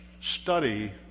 study